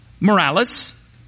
Morales